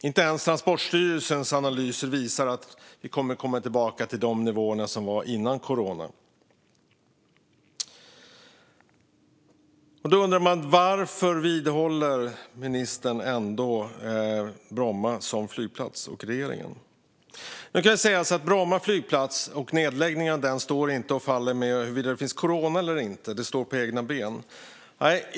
Inte ens Transportstyrelsens analyser visar att vi kommer att komma tillbaka till nivåerna innan coronapandemin. Varför håller ministern och regeringen fast vid Bromma som flygplats? Nedläggningen av Bromma flygplats står inte och faller med huruvida det finns en coronapandemi eller inte. Den står på egna ben.